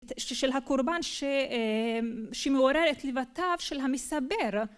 של הקורבן שמעורר את ליבתיו של המסבר.